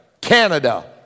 Canada